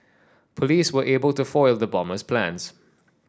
police were able to foil the bomber's plans